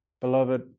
beloved